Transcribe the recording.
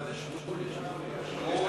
זה שמולי,